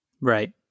Right